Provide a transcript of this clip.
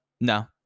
no